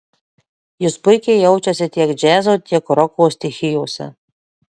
jis puikiai jaučiasi tiek džiazo tiek roko stichijose